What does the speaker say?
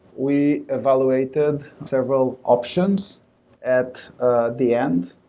we evaluated several options at the end.